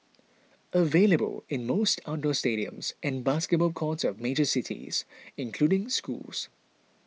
available in most outdoor stadiums and basketball courts of major cities including schools